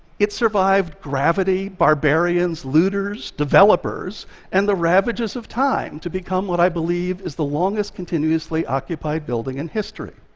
it survived gravity, barbarians, looters, developers and the ravages of time to become what i believe is the longest continuously occupied building in history.